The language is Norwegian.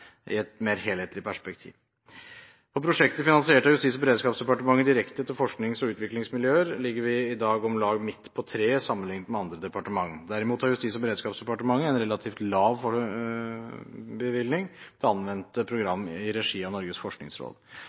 finansiert av Justis- og beredskapsdepartementet direkte til forsknings- og utviklingsmiljøer, ligger vi i dag om lag midt på treet sammenlignet med andre departementer. Derimot har Justis- og beredskapsdepartementet en relativt lav bevilgning til anvendte programmer i regi av Norges forskningsråd.